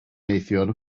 neithiwr